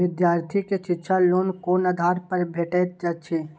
विधार्थी के शिक्षा लोन कोन आधार पर भेटेत अछि?